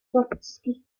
trotscïaeth